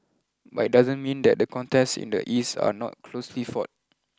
but it doesn't mean that the contests in the East are not closely fought